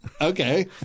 Okay